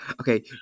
Okay